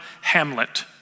Hamlet